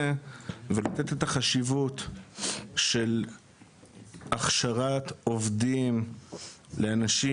ולתת את החשיבות של הכשרת עובדים לאנשים,